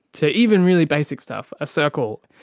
to even really basic stuff, a circle,